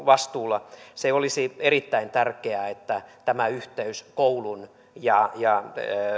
vastuulla olisi erittäin tärkeää että tämä yhteys koulun ja